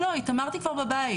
לא, התעמרתי כבר בבית.